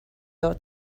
your